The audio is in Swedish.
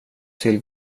tills